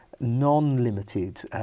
non-limited